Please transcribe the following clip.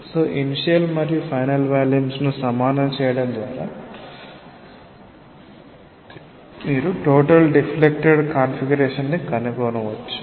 so initial మరియు final volumes ను సమానం చేయడం ద్వారా మీరు టోటల్ డిఫ్లెక్టెడ్ కాన్ఫిగరేషన్ను కనుగొనవచ్చు